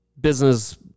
business